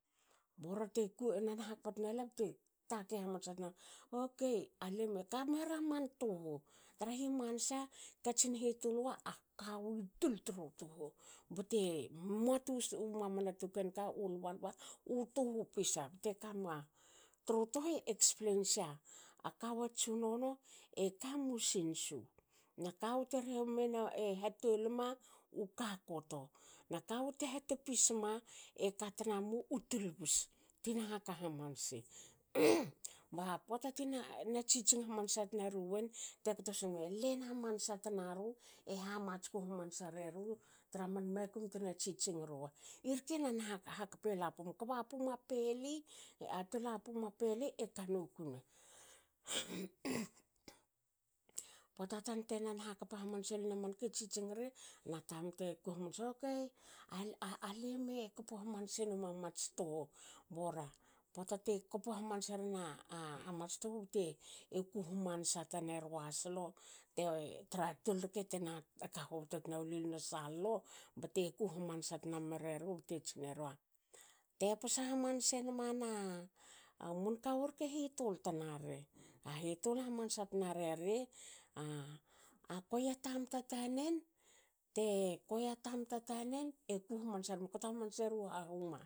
Borte enan hakpa tnale bte takei hamansa tnari. okei alime kamera man tuhu trahi mansa katsin hitul wa. a kawu i tul tru tuhu bte muatu mamanu ken ka u tuhu pisa bte kama tru tuhu explain sa kawu a tsunono e kami u u sinsu. na kawu te reheme hatolma. u kakoto na kawu te hatopisma e katnamu tulbus tina haka hamansi ba pota tina tsitsing hmansa tnaruin te kto siwne len hamansa tnaru e matsku hamansa tnanu eha matsku hamansa reri tra man makum tna tsitsing rua. irke nan hakpela pum a peli atol a pum peli ekanokuna pota tan te nan hakpa hamnaserin amanka e tsitsing ri na tamte ku hamansa. okei alime kpo hamanse nomua mats tuhu bora pota te kpo hamanserin a mats tuhu bte ku hamansa tane rua man solo tra tol rke tena ka hobto tna wollen i lna sallo bte ku hamansa tna mreru bte tsinera. te posa hamanse nmana mun kawu rke hitul tnari. ha hitul hamansa tnareri a kuei a tamta tanen te kuei a tamta tanen eku hamansa ri kto hmanseru hahuma